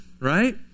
right